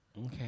Okay